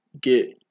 get